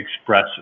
express